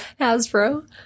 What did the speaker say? Hasbro